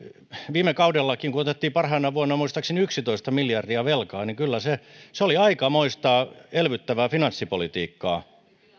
viime kaudellakin kun otettiin parhaana vuonna muistaakseni yksitoista miljardia velkaa kyllä se se oli aikamoista elvyttävää finanssipolitiikkaa